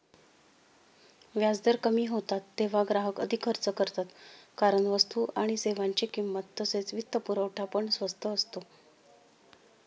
व्याजदर कमी होतात तेव्हा ग्राहक अधिक खर्च करतात कारण वस्तू आणि सेवांची किंमत तसेच वित्तपुरवठा पण स्वस्त असतो